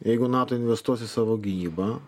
jeigu nato investuos į savo gynybą